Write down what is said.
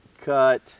cut